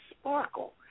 sparkle